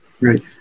Right